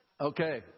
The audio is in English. Okay